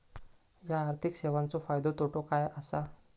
हया आर्थिक सेवेंचो फायदो तोटो काय आसा?